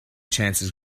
chances